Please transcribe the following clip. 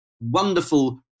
wonderful